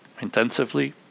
intensively